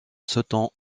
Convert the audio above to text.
sautant